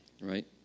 right